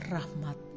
Rahmat